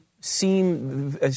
seem